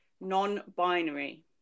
non-binary